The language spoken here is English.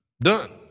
done